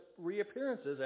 reappearances